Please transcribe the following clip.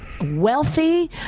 Wealthy